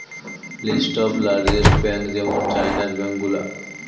list of largest bank যেমন চাইনার bank গুলা